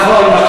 נכון.